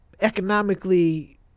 economically